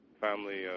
family